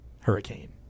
hurricane